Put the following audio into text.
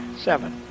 seven